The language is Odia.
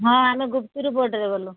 ହଁ ଆମେ ଗୁପ୍ତିରୁ ବୋଟ୍ରେ ଗଲୁ